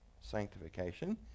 sanctification